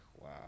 wow